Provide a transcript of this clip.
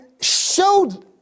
showed